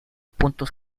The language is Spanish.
punto